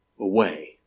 away